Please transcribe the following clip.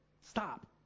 stop